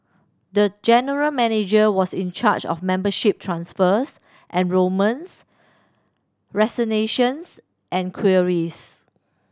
the general manager was in charge of membership transfers enrolments resignations and queries